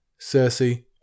Cersei